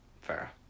Fair